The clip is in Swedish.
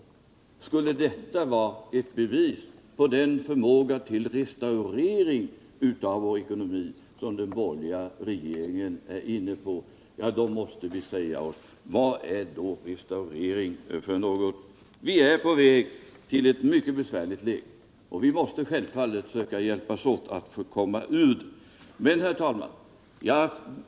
Skulle detta vara ett bevis på den borgerliga regeringens förmåga till restaurering av vår ekonomi, då måste vi fråga oss: Vad är restaurering för något? Vi är på väg mot ett mycket 31 besvärligt läge, och vi måste självfallet söka hjälpas åt att komma ur det. Herr talman!